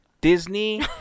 Disney